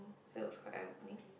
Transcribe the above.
so it was quite eye opening